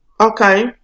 Okay